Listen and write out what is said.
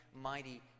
mighty